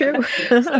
true